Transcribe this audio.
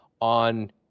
on